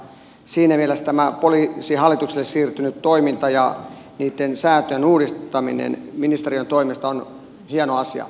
siinä mielessä tämä poliisihallitukselle siirtynyt toiminta ja niitten sääntöjen uudistaminen ministeriön toimesta ovat hienoja asioita